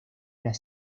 las